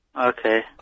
Okay